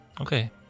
Okay